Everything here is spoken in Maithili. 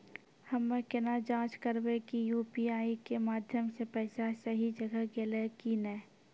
हम्मय केना जाँच करबै की यु.पी.आई के माध्यम से पैसा सही जगह गेलै की नैय?